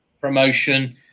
promotion